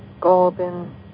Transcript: golden